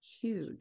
huge